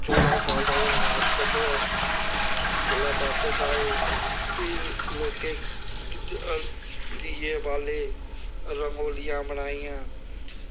चौदां साल दा बनवास कट्टेआ जेल्लै बापस आए फ्ही लोकें दीये बाल्ले रंगोलियां बनाइयां